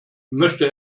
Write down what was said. möchte